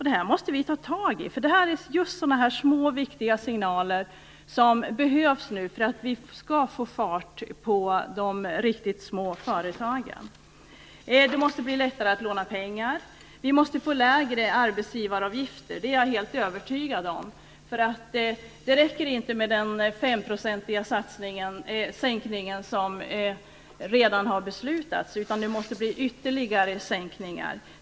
Det här måste vi ta tag i, för det är just sådana här små viktiga signaler som behövs nu för att vi skall få fart på de riktigt små företagen. Det måste bli lättare att låna pengar. Vi måste också få lägre arbetsgivaravgifter, det är jag helt övertygad om. Det räcker inte med den femprocentiga sänkning som redan har beslutats, utan det måste bli ytterligare sänkningar.